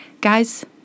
Guys